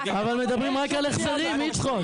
אבל מדברים רק על החזרים, יצחק.